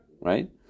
Right